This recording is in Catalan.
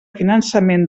finançament